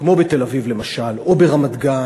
כמו בתל-אביב או ברמת-גן